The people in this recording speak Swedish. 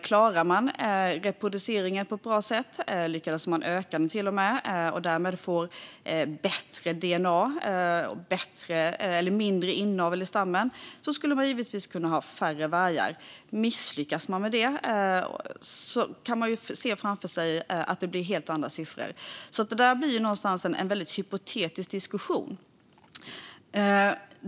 Om man klarar reproduceringen på ett bra sätt, till och med ökar den, och därmed får bättre dna och mindre inavel i stammen kan man givetvis ha färre vargar. Om det misslyckas kan man se framför sig att det blir helt andra siffror, så det blir en väldigt hypotetisk diskussion.